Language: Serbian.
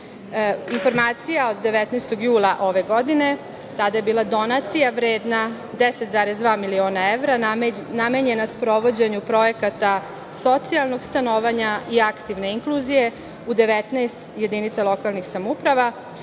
zemlje. Informacija od 19. jula ove godine - tada je bila donacija vredna 10,2 miliona evra, namenjena sprovođenju projekata socijalnog stanovanja i aktivne inkluzije u 19 jedinica lokalnih samouprava.